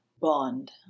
bond